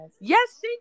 Yes